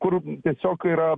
kur tiesiog yra